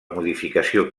modificació